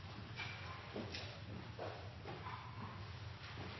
Takk